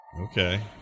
Okay